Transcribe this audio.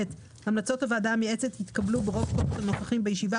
המלצות הוועדה המייעצת יתקבלו ברוב קולות הנוכחים בישיבה,